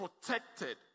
protected